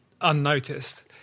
unnoticed